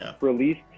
released